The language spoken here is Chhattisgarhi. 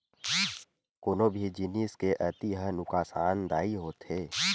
कोनो भी जिनिस के अति ह नुकासानदायी होथे